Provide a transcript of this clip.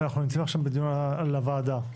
אבל אנחנו נמצאים עכשיו בדיון על הוועדה.